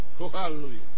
hallelujah